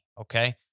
okay